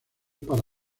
para